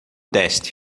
teste